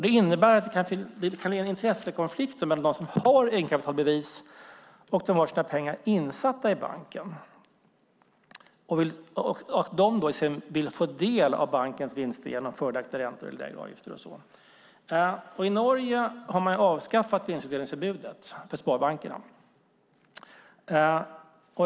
Det innebär att det kan bli en intressekonflikt mellan dem som har egenkapitalbevis och dem som har sina pengar insatta i banken och att de vill få del av bankens vinster genom fördelaktiga räntor, lägre avgifter och så vidare. I Norge har man avskaffat vinstutdelningsförbudet för sparbankerna.